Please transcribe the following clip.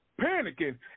Panicking